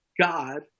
God